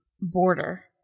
border